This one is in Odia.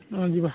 ହଁ ଯିବା